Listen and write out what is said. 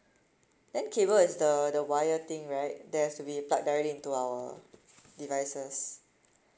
land cable is the the wire thing right that has to be plugged directly into our devices